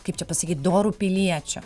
kaip čia pasakyt doru piliečiu